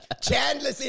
Chandler